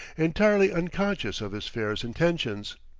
entirely unconscious of his fare's intentions.